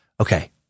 Okay